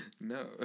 No